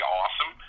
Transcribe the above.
awesome